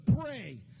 pray